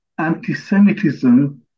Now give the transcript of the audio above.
antisemitism